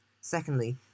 Secondly